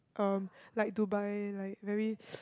uh like Dubai like very